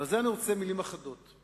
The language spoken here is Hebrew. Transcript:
על זה אני רוצה לומר מלים אחדות.